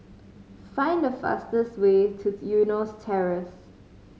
find the fastest way to Eunos Terrace